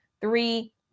Three